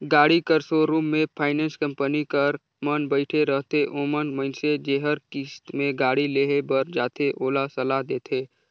गाड़ी कर सोरुम में फाइनेंस कंपनी कर मन बइठे रहथें ओमन मइनसे जेहर किस्त में गाड़ी लेहे बर जाथे ओला सलाह देथे